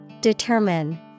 Determine